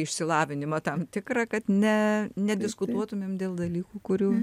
išsilavinimą tam tikrą kad ne nediskutuotumėm dėl dalykų kurių